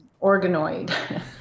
organoid